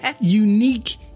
unique